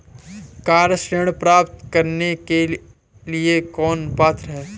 Car ऋण प्राप्त करने के लिए कौन पात्र है?